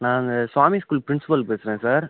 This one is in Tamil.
நான் இந்த ஸ்வாமி ஸ்கூல் ப்ரின்ஸிபல் பேசுகிறேன் சார்